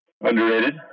Underrated